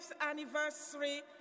anniversary